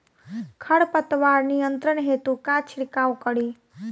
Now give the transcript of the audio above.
खर पतवार नियंत्रण हेतु का छिड़काव करी?